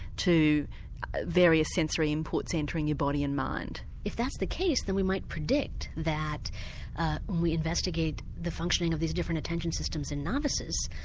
to various sensory inputs entering your body and mind. if that's the case then we might predict that when ah we investigate the functioning of these different attention systems in novices,